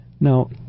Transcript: Now